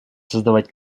создавать